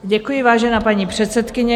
Děkuji, vážená paní předsedkyně.